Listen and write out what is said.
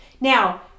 Now